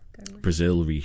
Brazil